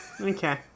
Okay